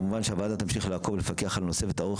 כמובן שהוועדה תמשיל לעקוב ולפקח על הנושא ותערוך